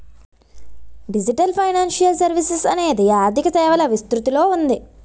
digital financial services అనేది ఆర్థిక సేవల విస్తృతిలో ఉంది